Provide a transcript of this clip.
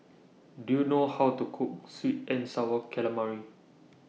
Do YOU know How to Cook Sweet and Sour Calamari